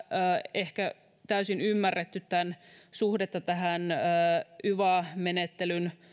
ehkä täysin ymmärretty tämän suhdetta yva menettelyn